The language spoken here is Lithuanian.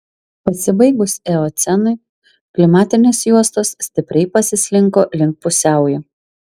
pasibaigus eocenui klimatinės juostos stipriai pasislinko link pusiaujo